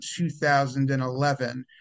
2011